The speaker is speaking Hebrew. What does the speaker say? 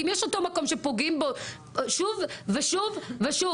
אם יש אותו מקום שפוגעים בו שוב ושוב ושוב,